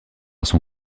son